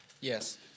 Yes